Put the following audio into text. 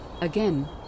Again